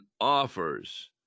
offers